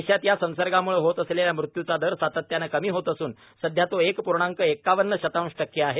देशात या संसर्गामुळे होत असलेल्या मृत्यूचा दर सातत्यानं कमी होत असून सध्या तो एक पूर्णांक एकावन्न शतांश टक्के आहे